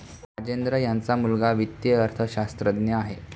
राजेंद्र यांचा मुलगा वित्तीय अर्थशास्त्रज्ञ आहे